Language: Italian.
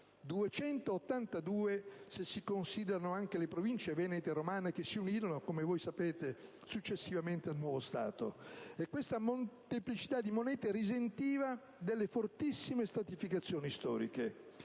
282, se si considerano anche le province venete e romane che si unirono successivamente - come voi sapete - al nuovo Stato. Questa molteplicità di monete risentiva di fortissime stratificazioni storiche.